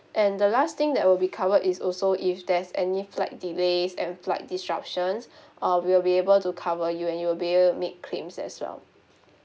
and the last thing that will be covered is also if there's any flight delays and flight disruptions uh we will be able to cover you and you will be able to make claims as well